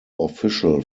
official